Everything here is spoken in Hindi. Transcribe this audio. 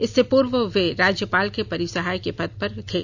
इससे पूर्व वे राज्यपाल के परिसहाय के पद पर थे